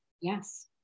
yes